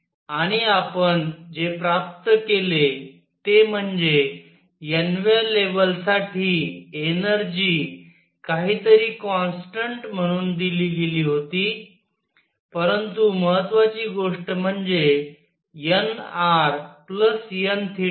आणि आपण जे प्राप्त केले ते म्हणजे n व्या लेवलसाठी एनर्जी काहीतरी कॉन्स्टंट म्हणून दिली गेली होती परंतु महत्वाची गोष्ट म्हणजे nrn ।n।